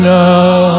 now